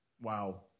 Wow